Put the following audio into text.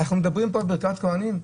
אנחנו מדברים פה על ברכת כוהנים?